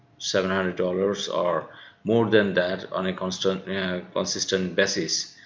seven hundred dollars or more than that on a consistent yeah consistent basis.